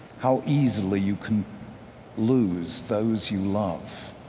how easily you can lose those you love.